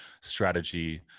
strategy